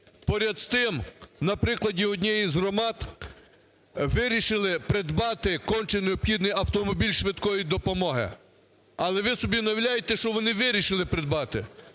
Поряд з тим, на прикладі однієї з громад вирішили придбати конче необхідний автомобіль швидкої допомоги. Але ви собі не уявляєте, що вони вирішили придбати.